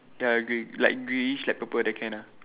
ya like grey like greyish light purple that kind ah